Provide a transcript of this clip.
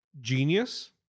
genius